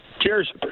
Cheers